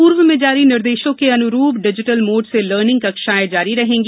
पूर्व में जारी निर्देशों के अनुरूप डिजीटल मोड से लर्निंग कक्षाएं जारी रहेंगी